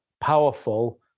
powerful